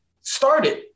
started